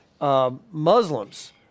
Muslims